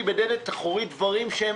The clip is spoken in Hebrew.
יש דברים שהם לא פוליטיים,